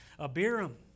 Abiram